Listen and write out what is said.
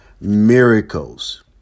miracles